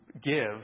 give